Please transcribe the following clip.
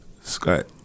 Scott